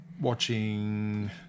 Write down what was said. watching